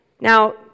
Now